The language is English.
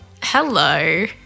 Hello